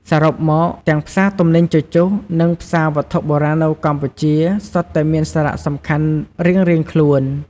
សរុបមក ទាំងផ្សារទំនិញជជុះ និងផ្សារវត្ថុបុរាណនៅកម្ពុជា សុទ្ធតែមានសារៈសំខាន់រៀងៗខ្លួន។